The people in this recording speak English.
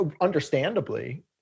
understandably